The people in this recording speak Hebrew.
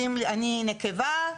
אני נקבה,